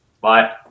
Bye